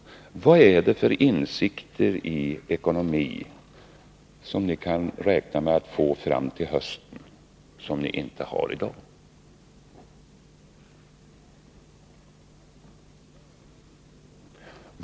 Vad är det för insikter i ekonomi som ni kan räkna med att få fram till hösten, som ni inte har i dag?